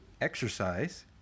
exercise